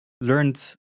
learned